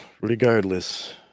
regardless